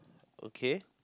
okay